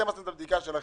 אתם עשיתם את הבדיקה שלכם